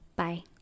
Bye